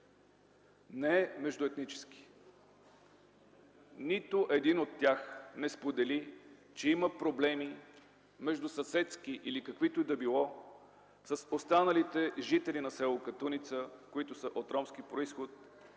не е междуетнически. Нито един от тях не сподели, че има проблеми, междусъседски или каквито и да било, с останалите жители на с. Катуница, които са от ромски произход.